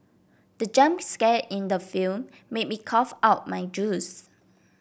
the jump scare in the film made me cough out my juice